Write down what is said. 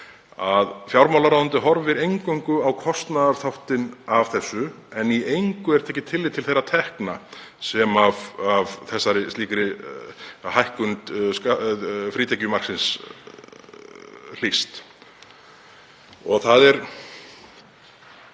að fjármálaráðuneytið horfir eingöngu á kostnaðarþáttinn af þessu en í engu er tekið tillit til þeirra tekna sem af slíkri hækkun frítekjumarksins hlýst. Það er